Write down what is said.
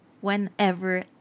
whenever